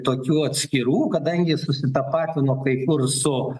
tokių atskirų kadangi susitapatino kai kur su